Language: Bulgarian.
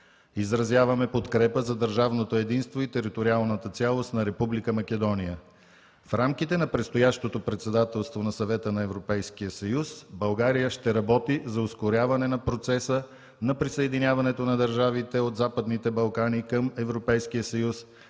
Изразяваме подкрепа за държавното единство и териториалната цялост на Република Македония. В рамките на предстоящото председателство на Съвета на Европейския съюз България ще работи за ускоряване на процеса на присъединяването на държавите от Западните Балкани към